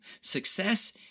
Success